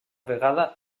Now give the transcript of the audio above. vegada